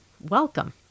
Welcome